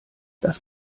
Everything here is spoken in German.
das